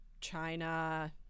China